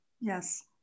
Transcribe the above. Yes